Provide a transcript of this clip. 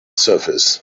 surface